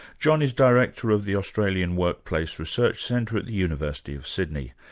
john is director of the australian workplace research centre at the university of sydney.